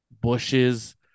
bushes